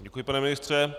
Děkuji, pane ministře.